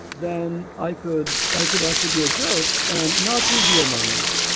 then i could i could actually be a jerk and not reveal my number.